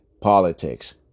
politics